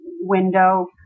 window